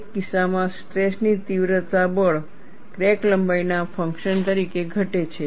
એક કિસ્સામાં સ્ટ્રેસ ની તીવ્રતા પરિબળ ક્રેક લંબાઈના ફંક્શન તરીકે ઘટે છે